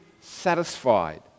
satisfied